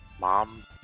mom